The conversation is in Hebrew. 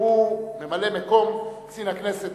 שהוא ממלא-מקום קצין הכנסת,